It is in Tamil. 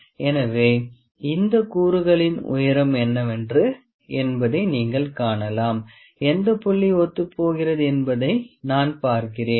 எனவே இந்த கூறுகளின் உயரம் என்னவென்று என்பதை நீங்கள் காணலாம் எந்த புள்ளி ஒத்துப் போகிறது என்பதை நான் பார்க்கிறேன்